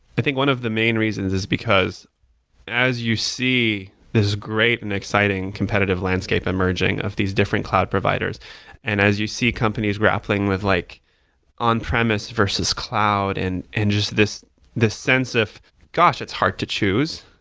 i think one of the main reasons is because as you see this great and exciting competitive landscape emerging of these different cloud providers and as you see companies grappling with like on-premise versus cloud and and just this this sense, gosh! it's hard to choose,